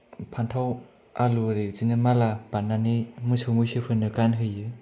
फान्थाव आलु ओरै बिदिनो माला बानायनानै मोसौ मैसोफोरनो गानहोयो